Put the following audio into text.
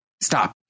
Stop